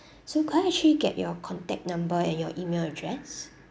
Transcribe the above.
so could I actually get your contact number and your email address